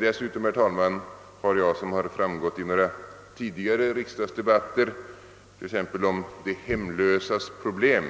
Dessutom har jag, herr talman, vilket framgått av några tidigare riksdagsdebatter om till exempel de hemlösas problem,